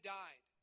died